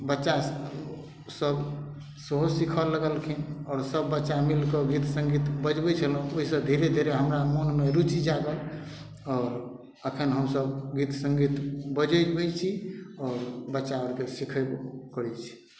बच्चा सब सेहो सीखऽ लगलखिन आओर सब बच्चा मिल कऽ गीत संगीत बजबै छलहुॅं ओहिसँ धीरे धीरे हमरा मोन मे रुचि जागल आओर अखन हमसब गीत संगीत बजैबै छी आओर बच्चा आरके सीखयल करै छी